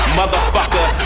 motherfucker